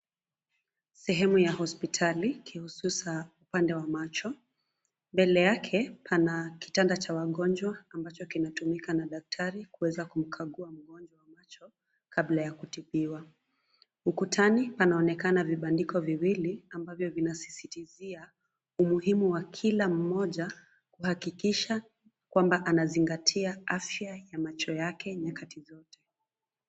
Sehemu ya hospitali kihususa upande wa macho, mbele yake pana kitanda cha wagonjwa ambacho kinatumika na daktari kuweza kumkagua mgonjwa macho, kabla ya kutibiwa. Ukutani panaonekana vibandiko viwili ambavyo vina sisitizia umuhimu wa kila mmoja kuhakikisha kwamba anazingatia afya ya macho yake nyakati zote.